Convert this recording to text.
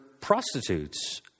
prostitutes